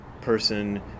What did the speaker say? person